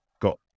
got